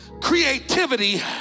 creativity